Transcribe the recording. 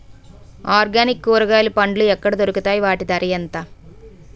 Organic కూరగాయలు పండ్లు ఎక్కడ దొరుకుతాయి? వాటి ధర ఎంత?